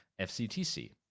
FCTC